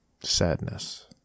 Sadness